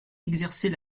exercer